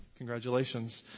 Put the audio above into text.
Congratulations